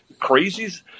crazies